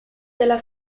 della